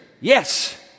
yes